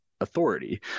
authority